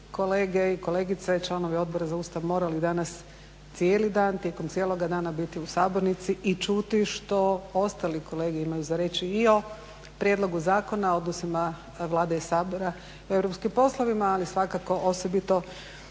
kolege i kolegice, članovi Odbora za Ustav morali danas cijeli dan tijekom cijeloga dana biti u sabornici i čuti što ostali kolege imaju za reći. I o prijedlogu zakona, odnosima Vlade i Sabora u europskim poslovima. Ali svakako osobito